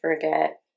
forget